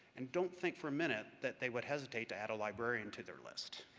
and don't think for a minute that they would hesitate to add a librarian to their list,